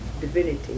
divinity